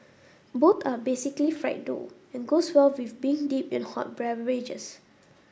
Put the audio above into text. both are basically fried dough and goes well with being dipped in hot beverages